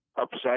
upset